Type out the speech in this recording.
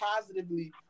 positively